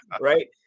right